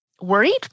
worried